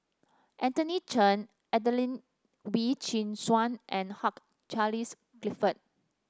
Anthony Chen Adelene Wee Chin Suan and Hugh Charles Clifford